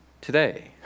today